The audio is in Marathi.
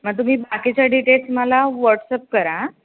मग तुम्ही बाकीच्या डिटेल्स मला व्हॉट्सअप करा